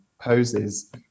poses